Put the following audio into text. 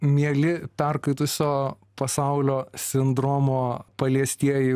mieli perkaitusio pasaulio sindromo paliestieji